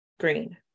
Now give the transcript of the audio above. green